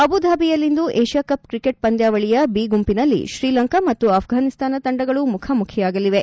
ಅಬುಧಾಬಿಯಲ್ಲಿಂದು ಏಷ್ಠಾಕಪ್ cricket ಪಂದ್ಯಾವಳಿಯ B ಗುಂಪನಲ್ಲಿ Sri Lanka ಮತ್ತು ಆಫ್ಠಾನಿಸ್ತಾನ ತಂಡಗಳು ಮುಖಾಮುಖಿಯಾಗಲಿವೆ